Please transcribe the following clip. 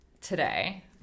today